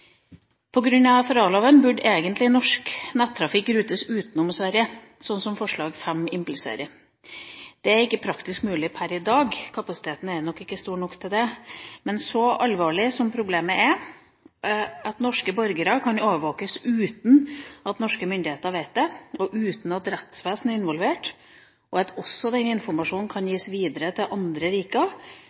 burde egentlig norsk nett-trafikk rutes utenom Sverige, slik som forslag nr. 5 impliserer. Det er ikke praktisk mulig per i dag – kapasiteten er nok ikke stor nok til det. Men så alvorlig som problemet er, at norske borgere kan overvåkes uten at norske myndigheter vet det, uten at rettsvesenet er involvert, og at den informasjonen også kan gis videre til andre